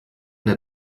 der